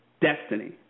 destiny